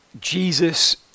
Jesus